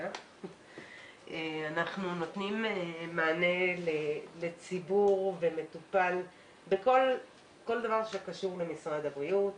אנחנו נותנים מענה לציבור בכל דבר שקשור למשרד הבריאות,